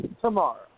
tomorrow